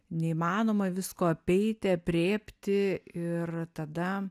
neįmanoma visko apeiti aprėpti ir tada